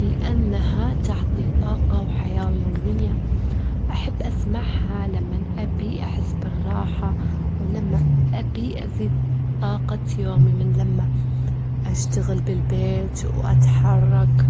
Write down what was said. لأنها تعطي طاقة وحيوية، أحب أسمعها لمان أبي أحس بالراحة، ولما أبي أزيد طاقتي، ولما أشتغل بالبيت وأتحرك